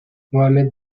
mohamed